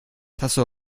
tasso